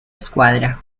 escuadra